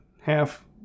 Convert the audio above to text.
half